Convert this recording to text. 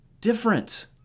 different